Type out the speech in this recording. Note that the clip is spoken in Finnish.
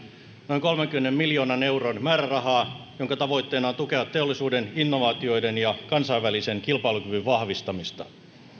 noin kolmenkymmenen miljoonan euron määrärahaa jonka tavoitteena on tukea teollisuuden innovaatioiden ja kansainvälisen kilpailukyvyn vahvistamista